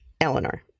Eleanor